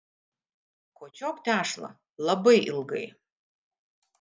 kočiok tešlą labai ilgai